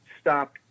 stop